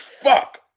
Fuck